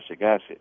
acid